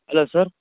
hello sir